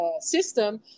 system